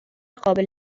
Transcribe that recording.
قابل